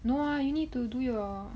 no lah you need to do your